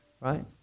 right